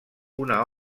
una